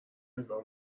نگات